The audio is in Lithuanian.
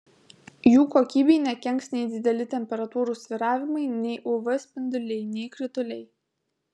jų kokybei nekenks nei dideli temperatūrų svyravimai nei uv spinduliai nei krituliai